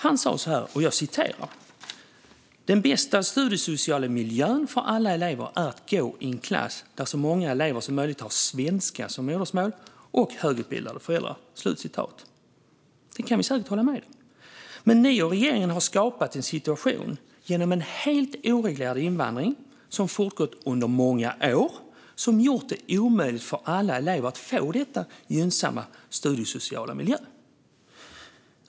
Han sa: Den bästa studiesociala miljön för alla elever är att gå i en klass där så många andra elever som möjligt har svenska som modersmål och högutbildade föräldrar. Det kan vi säkert hålla med om. Men ni och andra regeringar har genom en helt oreglerad invandring skapat en situation som fortgått under många år och som gjort det omöjligt för alla elever att få denna gynnsamma studiesociala miljö.